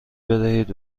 بدهید